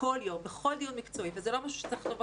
כל יום בכל דיון מקצועי וזה לא משהו שצריך לכתוב בתקנות.